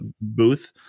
booth